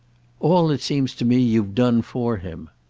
all it seems to me you've done for him.